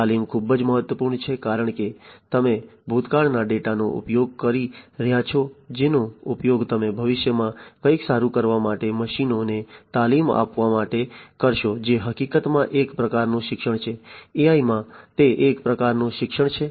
તાલીમ ખૂબ જ મહત્વપૂર્ણ છે કારણ કે તમે ભૂતકાળના ડેટાનો ઉપયોગ કરી રહ્યાં છો જેનો ઉપયોગ તમે ભવિષ્યમાં કંઈક સારું કરવા માટે મશીનો ને તાલીમ આપવા માટે કરશો જે હકીકતમાં એક પ્રકારનું શિક્ષણ છે AI માં તે એક પ્રકારનું શિક્ષણ છે